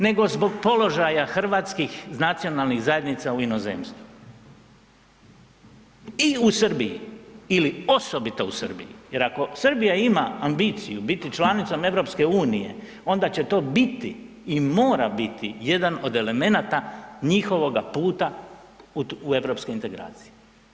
Nego zbog položaja hrvatskih nacionalnih zajednica u inozemstvu i u Srbiji ili osobito u Srbiji jer ako Srbija ima ambiciju biti članicom EU onda će to biti i mora biti jedan od elemenata njihovoga puta u Europske integracije.